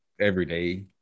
everyday